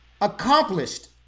accomplished